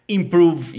improve